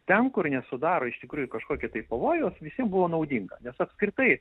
ten kur nesudaro iš tikrųjų kažkokio tai pavojaus visi buvo naudinga nes apskritai